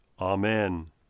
Amen